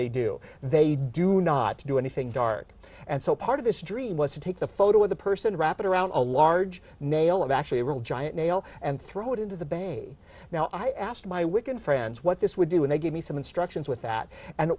they do they do not do anything guard and so part of this dream was to take the photo of the person wrap it around a large male of actually real giant male and throw it into the bay now i asked my wiccan friends what this would do and they gave me some instructions with that and